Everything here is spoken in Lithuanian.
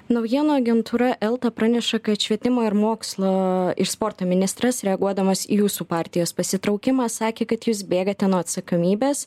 naujienų agentūra elta praneša kad švietimo ir mokslo ir sporto ministras reaguodamas į jūsų partijos pasitraukimą sakė kad jūs bėgate nuo atsakomybės